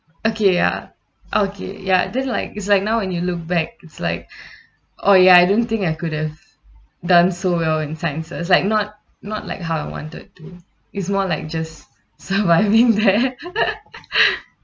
okay ya okay ya then like it's like now when you look back it's like oh ya I don't think I could have done so well in sciences like not not like how I wanted to it's more like just so I've been there